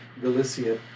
Galicia